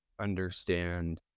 understand